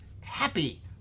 happy